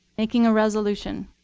making a resolution,